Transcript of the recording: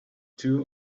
two